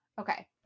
okay